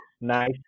Nice